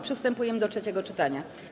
Przystępujemy do trzeciego czytania.